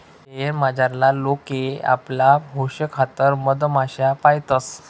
शयेर मझारला लोके आपला हौशेखातर मधमाश्या पायतंस